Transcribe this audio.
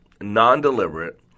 non-deliberate